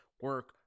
Work